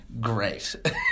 great